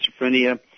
schizophrenia